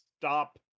stop